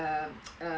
uh